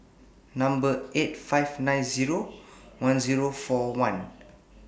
eight five nine Zero one Zero four one